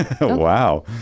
Wow